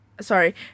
sorry